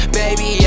baby